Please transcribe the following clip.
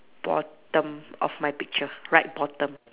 bottom of my picture right bottom